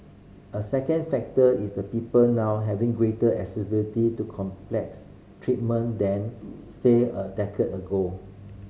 a second factor is that people now have greater accessibility to complex treatment than say a decade ago